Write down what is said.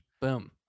Boom